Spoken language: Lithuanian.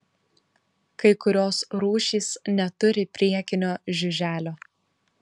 kai kurios rūšys neturi priekinio žiuželio